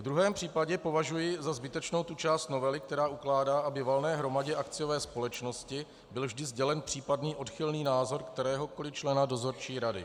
V druhém případě považuji za zbytečnou tu část novely, která ukládá, aby valné hromadě akciové společnosti byl vždy sdělen odchylný názor kteréhokoli člena dozorčí rady.